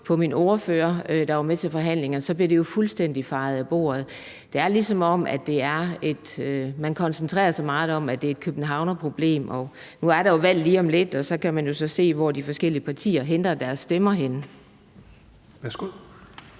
på min ordfører, der var med til forhandlingerne, blev det jo fuldstændig fejet af bordet. Det er, som om man koncentrerer sig meget om, at det er et københavnerproblem. Nu er der jo valg lige om lidt, og så kan man se, hvor de forskellige partier henter deres stemmer henne.